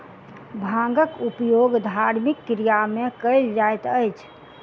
भांगक उपयोग धार्मिक क्रिया में कयल जाइत अछि